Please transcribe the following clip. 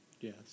Yes